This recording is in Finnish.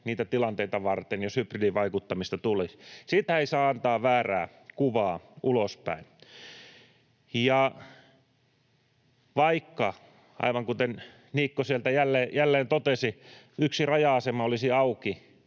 niitä tilanteita varten, jos hybridivaikuttamista tulisi. Siitä ei saa antaa väärää kuvaa ulospäin. Ja vaikka, aivan kuten Niikko sieltä jälleen totesi, yksi raja-asema olisi auki,